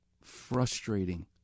frustrating